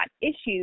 issues